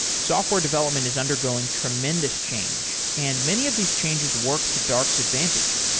software development is undergoing tremendous change and many of these changes work to dark's advantage,